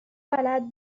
بلد